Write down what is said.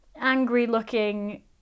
angry-looking